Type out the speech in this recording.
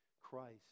Christ